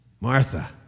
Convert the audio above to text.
Martha